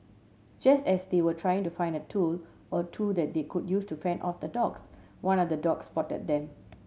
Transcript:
just as they were trying to find a tool or two that they could use to fend off the dogs one of the dogs spotted them